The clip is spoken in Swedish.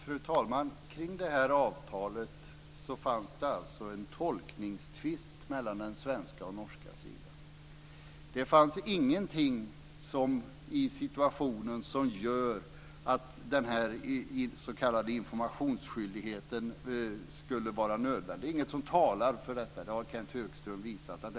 Fru talman! Kring detta avtal fanns en tolkningstvist mellan den svenska och norska sidan. Det fanns ingenting i situationen som gör att den s.k. informationsskyldigheten skulle vara nödvändig. Det finns ingenting som talar för det.